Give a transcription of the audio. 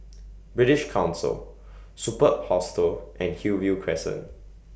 British Council Superb Hostel and Hillview Crescent